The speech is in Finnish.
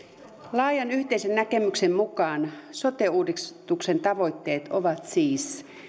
laajan yhteisen näkemyksen mukaan sote uudistuksen tavoitteet ovat siis ensimmäiseksi